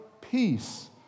peace